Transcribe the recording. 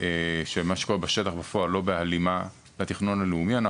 שמה שקורה בשטח הוא לא בהלימה לתכנון הלאומי אנחנו